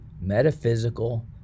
metaphysical